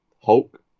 Hulk